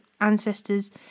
ancestors